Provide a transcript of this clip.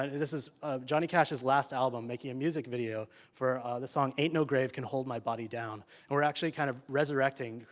and and this is johnny cash's last album, making music video for the song ain't no grave can hold my body down and we're actually kind of resurrecting,